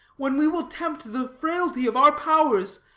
when we will tempt the frailty of our powers,